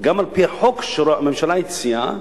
גם על-פי החוק שהממשלה הציעה,